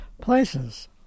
places